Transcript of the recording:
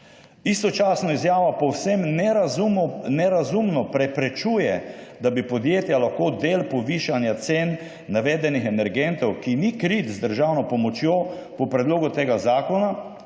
Istočasno izjava povsem nerazumno preprečuje, da bi podjetja lahko del povišanja cen navedenih energentov, ki ni krit z državno pomočjo po predlogu tega zakona,